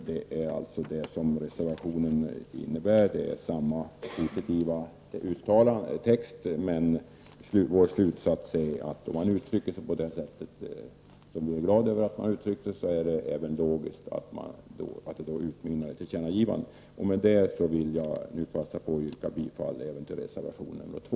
Det är alltså samma positiva text i reservationen, men vi har kommit till slutsatsen att om man uttrycker sig på det sättet — vi är glada över det uttryckssättet — är det logiskt att det utmynnar i ett tillkännagivande. Jag passar på att yrka bifall till reservation 2.